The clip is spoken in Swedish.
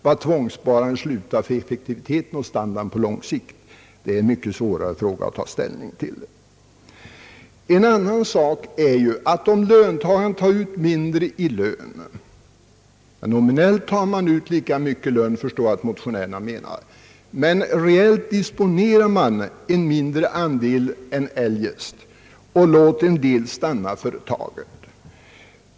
Var tvångssparande upphör att ha betydelse för effektiviteten och standarden på lång sikt är en mycket svårare fråga att ta ställning till. En annan sak är att löntagarna tar ut mindre i lön. Nominellt tar de ut lika mycket i lön, förstår jag att motionärerna menar. Men reellt disponerar de en mindre andel än eljest, och en del får stanna i företaget.